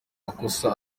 makosa